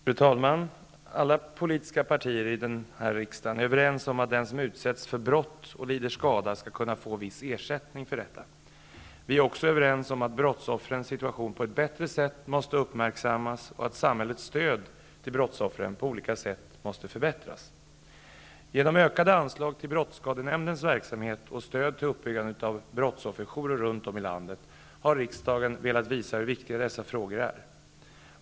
Fru talman! Alla politiska partier i denna riksdag är överens om att den som utsätts för brott och lider skada skall kunna få viss ersättning för detta. Vi är också överens om att brottsoffrens situation på ett bättre sätt måste uppmärksammas och att samhällets stöd till brottsoffren på olika sätt måste förbättras. Genom ökade anslag till brottsskadenämndens verksamhet och stöd till uppbyggandet av brottsofferjourer runt om i landet har riksdagen velat visa hur viktiga dessa frågor är.